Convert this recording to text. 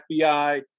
FBI